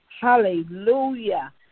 Hallelujah